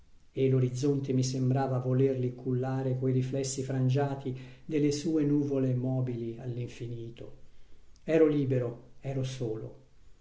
e l'orizzonte mi sembrava volerli cullare coi riflessi frangiati delle sue nuvole mobili all'infinito ero libero ero solo